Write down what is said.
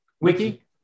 wiki